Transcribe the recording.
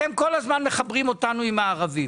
אתם כל הזמן מחברים אותנו עם הערבים